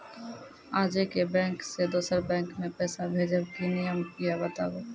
आजे के बैंक से दोसर बैंक मे पैसा भेज ब की नियम या बताबू?